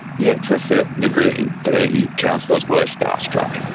yeah to a certain degree the councillors were starstruck.